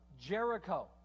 Jericho